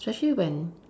especially when